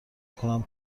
میکنم